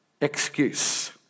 excuse